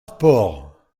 sports